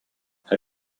how